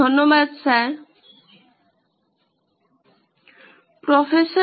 ধন্যবাদ স্যার